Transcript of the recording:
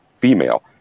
female